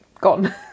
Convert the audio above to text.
gone